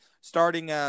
starting